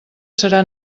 serà